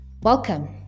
Welcome